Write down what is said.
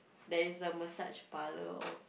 there is a massage parlour also